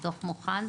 הדוח מוכן,